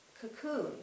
cocoon